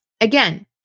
Again